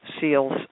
seals